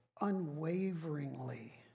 unwaveringly